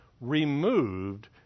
removed